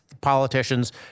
politicians